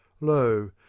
lo